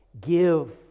give